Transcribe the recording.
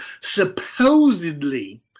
supposedly